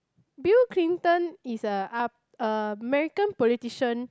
Bill-Clinton is a up uh American politician